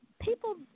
people